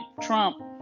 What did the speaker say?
Trump